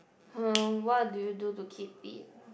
!huh! what do you do to keep fit